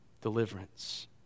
deliverance